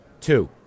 two